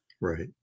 Right